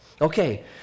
Okay